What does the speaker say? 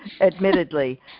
admittedly